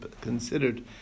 considered